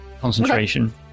concentration